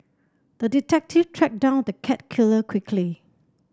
the detective tracked down the cat killer quickly